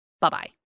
Bye-bye